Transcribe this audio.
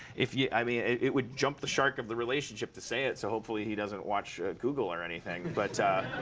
if yeah i mean, it would jump the shark of the relationship to say it, so hopefully he doesn't watch google, or anything but,